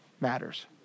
matters